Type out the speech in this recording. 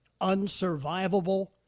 unsurvivable